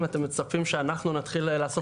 אם אתם מצפים שאנחנו נתחיל לאסוף.